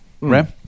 Ram